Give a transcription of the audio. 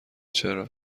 چرا